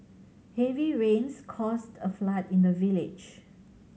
heavy rains caused a flood in the village